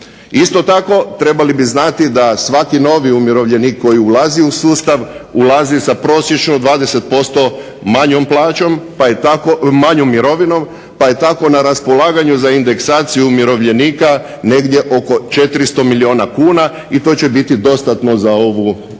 Isto tako, trebali bi znati da svaki novi umirovljenik koji ulazi u sustav ulazi sa prosječno 20% manjom plaćom, manjom mirovinom pa je tako na raspolaganju za indeksaciju umirovljenika negdje oko 400 milijuna kuna i to će biti dostatno za ovu godinu.